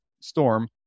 storm